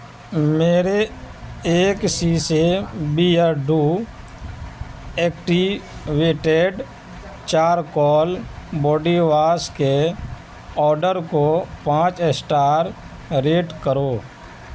میرے ایک شیشے Beardo activated charcoal body wash کے آڈر کو پانچ اسٹار ریٹ کرو